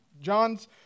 John's